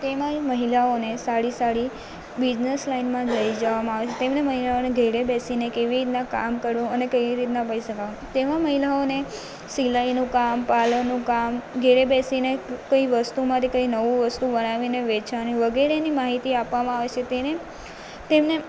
તેમાંય મહિલાઓને સાડી સાડી બીજનસ લાઇનમાં લઈ જવામાં આવે છે તેમને મહિલાઓને ઘરે બેસીને કેવી રીતનાં કામ કરવું અને કેવી રીતના પૈસા કમાવા તેમાં મહિલાઓને સિલાઈનું કામ પાર્લરનું કામ ઘરે બેસીને કઈ વસ્તુમાંથી કઈ નવું વસ્તુ બનાવીને વેચવાની વગેરેની માહિતી આપવામાં આવે છે તેને તેમને